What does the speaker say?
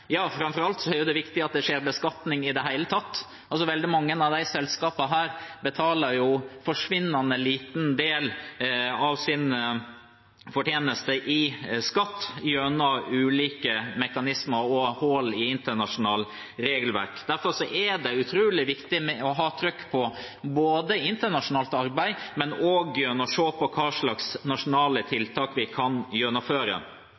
Framfor alt er det jo viktig at det skjer beskatning i det hele tatt. Mange av disse selskapene betaler en forsvinnende liten del av sin fortjeneste i skatt – gjennom ulike mekanismer og hull i internasjonale regelverk. Derfor er det utrolig viktig både å ha trykk på internasjonalt arbeid og å se på hvilke nasjonale tiltak vi kan gjennomføre.